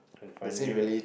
can finally